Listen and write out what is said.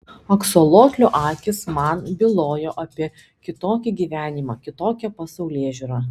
aksolotlių akys man bylojo apie kitokį gyvenimą kitokią pasaulėžiūrą